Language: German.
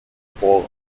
geb